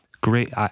Great